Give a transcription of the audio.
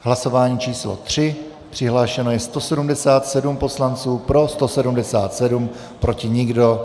Hlasování číslo 3, přihlášeno je 177 poslanců, pro 177, proti nikdo.